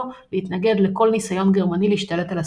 להתנגד לכל ניסיון גרמני להשתלט על הספינות.